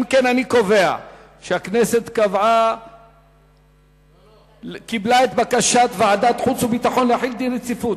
אני קובע שהכנסת קיבלה את בקשת ועדת החוץ והביטחון להחיל דין רציפות